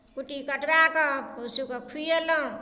कुट्टी कटबाए कऽ पशुके खुयेलहुॅं